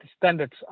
standards